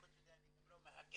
חוץ מזה אני גם לא מהגר,